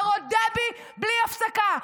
אתה רודה בי בלי הפסקה.